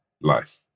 life